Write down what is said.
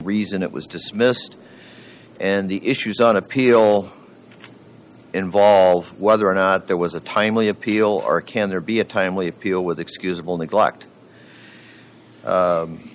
reason it was dismissed and the issues on appeal involve whether or not there was a timely appeal or can there be a timely appeal with excusable neglect